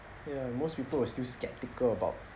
ya most people were still skeptical about